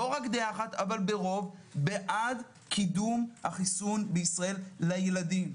לא רק דעה אחת אבל ברוב בעד קידום החיסון בישראל לילדים.